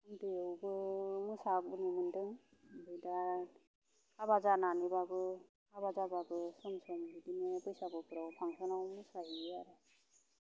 बेयावबो मोसानो मोनदों ओमफ्राय दा हाबा जानानैबाबो हाबा जाबाबो सम सम बिदिनो बैसागुफ्राव फांसनाव मोसाहैयो आरो